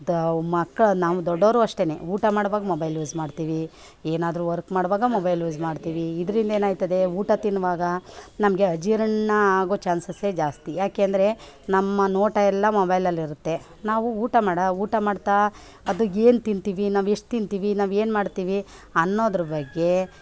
ಧ ಮಕ್ಕಳ ನಾವು ದೊಡ್ಡವರು ಅಷ್ಟೇ ಊಟ ಮಾಡುವಾಗ ಮೊಬೈಲ್ ಯೂಸ್ ಮಾಡ್ತೀವಿ ಏನಾದರೂ ವರ್ಕ್ ಮಾಡುವಾಗ ಮೊಬೈಲ್ ಯೂಸ್ ಮಾಡ್ತೀವಿ ಇದರಿಂದ ಏನಾಯ್ತದೆ ಊಟ ತಿನ್ನುವಾಗ ನಮಗೆ ಅಜೀರ್ಣ ಆಗೋ ಚಾನ್ಸಸ್ಸೆ ಜಾಸ್ತಿ ಏಕೆಂದ್ರೆ ನಮ್ಮ ನೋಟ ಎಲ್ಲ ಮೊಬೈಲಲಿರುತ್ತೆ ನಾವು ಊಟ ಮಾಡ ಊಟ ಮಾಡ್ತಾ ಅದ್ಕೆ ಏನು ತಿಂತೀವಿ ನಾವು ಎಷ್ಟು ತಿಂತೀವಿ ನಾವು ಏನು ಮಾಡ್ತೀವಿ ಅನ್ನೋದ್ರ ಬಗ್ಗೆ